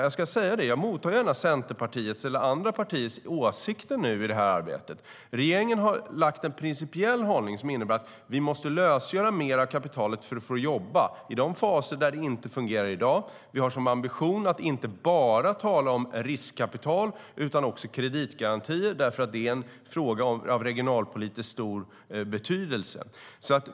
Jag mottar gärna Centerpartiets eller andra partiers åsikter i det här arbetet. Regeringen har lagt fast en principiell hållning som innebär att vi måste lösgöra mer av kapitalet för att få det att jobba i de faser där det inte fungerar i dag. Vi har som ambition att inte bara tala om riskkapital, utan vi talar också om kreditgarantier. Det är en fråga av regionalpolitiskt stor betydelse.